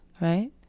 right